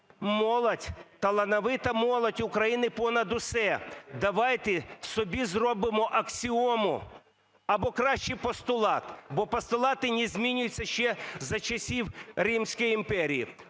молодь, талановита молодь України – понад усе. Давайте собі зробимо аксіому або краще постулат, бо постулати не змінюються ще за часів Римської імперії.